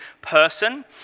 person